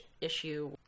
issue